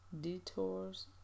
detours